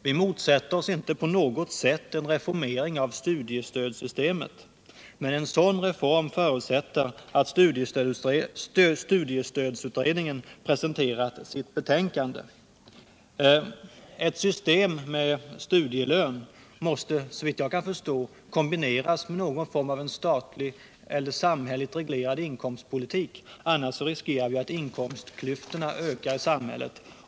Vi motsätter oss inte på något sätt en reformering av studiestödssystemet, men en sådan reform förutsätter att studiestödsutredningen presenterar sitt betänkande. Ett system med studielön måste såvitt jag kan förstå kombineras med någon form av statligt eller samhälleligt reglerad inkomstpolitik, annars riskerar vi att inkomstklyftorna ökar i samhället.